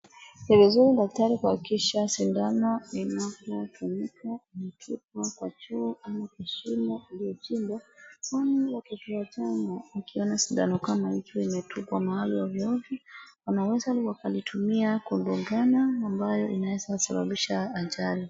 Ni vizuri daktari kuhakikisha shindano linapotumika linatupwa kwa choo au kwa shimo iliyochimbwa. Kwani watoto wachanga wakiona sindano kama hii ikiwa imetupwa mahali ovyoovyo wanaweza wakalitumia kudungana ambayo inaweza sababisha ajali.